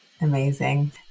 Amazing